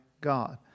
God